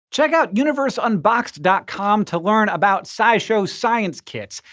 check out universeunboxed dot com to learn about scishow science kits!